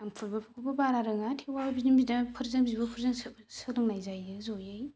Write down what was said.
आं फुटबलफोरखौबो बारा रोङा थेवबाबो बिदिनो बिदाफोरजों बिब'फोरजों सोलोंनाय जायो ज'यै